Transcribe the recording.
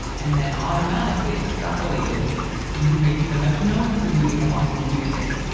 and then automatically extrapolated moving to the metronome, to moving along to music